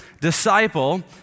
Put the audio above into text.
disciple